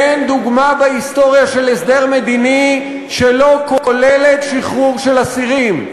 אין דוגמה בהיסטוריה של הסדר מדיני שלא כולל שחרור של אסירים.